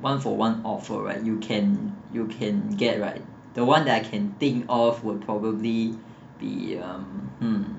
one for one offer right you can you can get right the one that I can think of would probably be um hmm